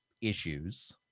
issues